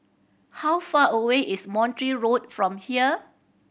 how far away is Montreal Road from here